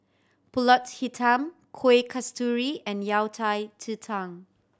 Pulut Hitam Kuih Kasturi and Yao Cai ji tang